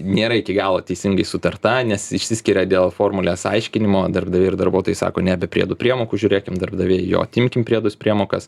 nėra iki galo teisingai sutarta nes išsiskiria dėl formulės aiškinimo darbdaviai ir darbuotojai sako ne be priedų priemokų žiūrėkim darbdaviai jo atimkim priedus priemokas